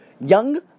Young